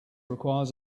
requires